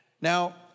Now